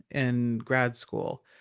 in grad school.